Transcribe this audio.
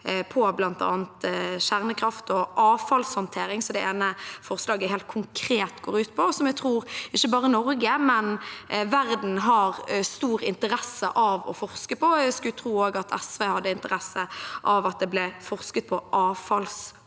på bl.a. kjernekraft og avfallshåndtering, som det ene forslaget helt konkret går ut på, og som jeg tror ikke bare Norge, men verden har stor interesse av å forske på. Jeg skulle tro at SV også hadde interesse av at det ble forsket på avfallshåndtering